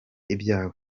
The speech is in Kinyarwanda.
ibyawe